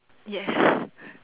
yes